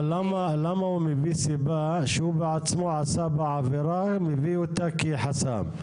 אבל למה הוא מביא סיבה שהוא בעצמו עשה בה עבירה והביאו אותה כחסם?